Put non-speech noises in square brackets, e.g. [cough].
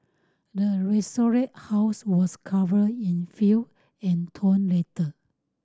the [unintelligible] house was covered in filth and torn letter